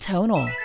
Tonal